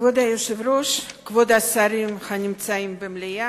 כבוד היושב-ראש, כבוד השרים הנמצאים במליאה,